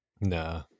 nah